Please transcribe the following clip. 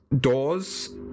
doors